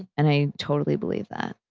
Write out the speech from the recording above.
and i totally believe that.